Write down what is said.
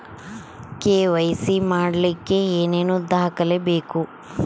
KYC ಮಾಡಲಿಕ್ಕೆ ಏನೇನು ದಾಖಲೆಬೇಕು?